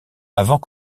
avant